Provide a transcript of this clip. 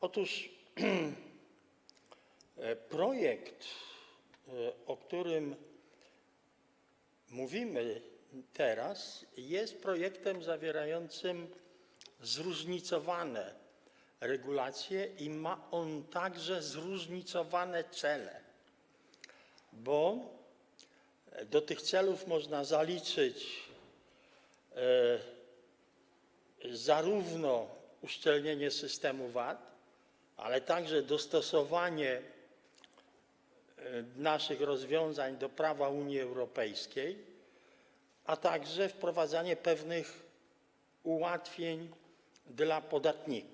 Otóż projekt, o którym teraz mówimy, jest projektem zawierającym zróżnicowane regulacje i ma on także zróżnicowane cele, bo do tych celów można zaliczyć zarówno uszczelnienie systemu VAT, jak i dostosowanie naszych rozwiązań do prawa Unii Europejskiej, a także wprowadzenie pewnych ułatwień dla podatników.